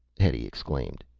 hetty exclaimed.